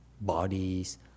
bodies